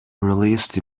released